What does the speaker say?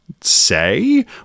say